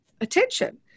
attention